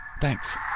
thanks